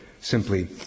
simply